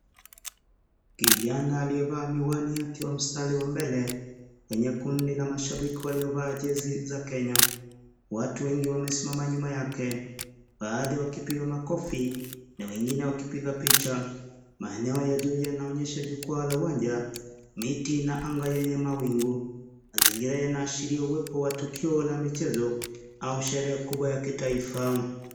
Kijana aliyeva miwani akiwa mstari wa mbele kwenye kundi la mashabiki waliovaa jezi za Kenya . Watu wengi wamesimama nyuma yake baadhi wakipiga makofi na wengine wakipiga picha . Maeneo ya juu yanaonyesha jukwaa la uwanja miti na anga yenye mawingu mazingira yanaashiria tukio kubwa la michezo au sherehe kubwa ya kitaifa.